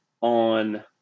on